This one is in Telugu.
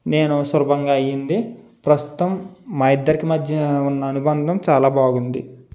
నేను సులభంగా అయింది ప్రస్తుతం మా ఇద్దరికి మధ్య ఉన్న అనుబంధం చాలా బాగుంది